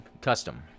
Custom